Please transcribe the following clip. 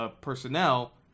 personnel